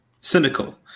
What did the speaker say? cynical